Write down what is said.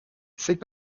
c’est